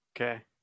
Okay